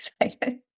excited